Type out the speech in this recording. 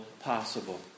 possible